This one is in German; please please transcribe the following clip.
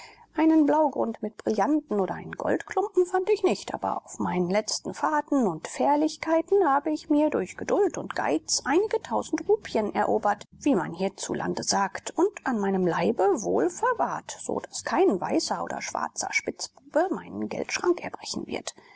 einen blaugrund mit brillanten oder einen goldklumpen fand ich nicht aber auf meinen letzten fahrten und fährlichkeiten habe ich mir durch geduld und geiz einige tausend rupien erobert wie man hierzulande sagt und an meinem leibe wohl verwahrt so daß kein weißer oder schwarzer spitzbube meinen geldschrank erbrechen wird